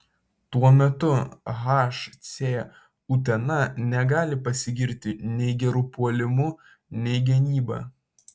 tuo metu hc utena negali pasigirti nei geru puolimu nei gynyba